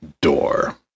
Door